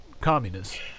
communists